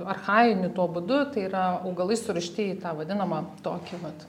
archajiniu tuo būdu tai yra augalai surišti į tą vadinamą tokį vat